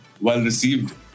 well-received